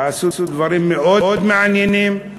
ועשו דברים מאוד מעניינים.